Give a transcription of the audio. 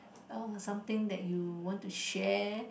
uh something that you want to share